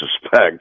suspect